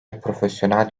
profesyonel